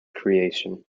creation